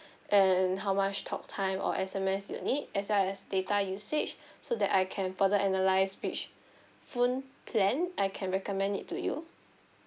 and how much talk time or S_M_S you need as well as data usage so that I can further analyse which phone plan I can recommend it to you